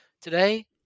Today